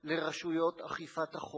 לרשויות אכיפת החוק